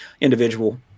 individual